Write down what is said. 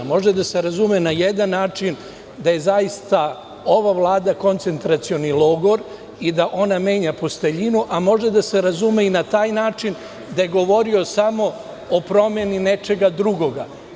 Može da se razume na jedan način da je zaista ova Vlada koncentracioni logor i da ona menja posteljinu, a može da se razume i na taj način da je govorio samo o promeni nečeg drugog.